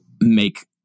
make